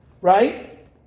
right